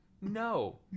no